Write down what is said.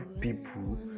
people